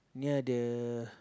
near the